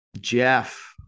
Jeff